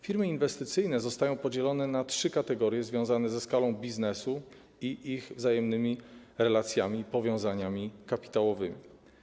Firmy inwestycyjne zostają podzielone na trzy kategorie związane ze skalą biznesu i ich wzajemnymi relacjami i powiązaniami kapitałowymi.